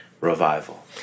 revival